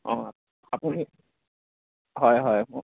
অঁ আপুনি হয় হয়